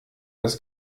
das